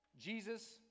Jesus